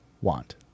want